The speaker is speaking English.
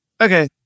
Okay